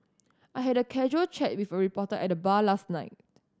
I had a casual chat with a reporter at the bar last night